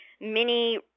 mini